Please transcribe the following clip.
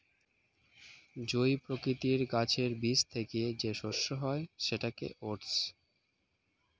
জই প্রকৃতির গাছের বীজ থেকে যে শস্য হয় সেটাকে ওটস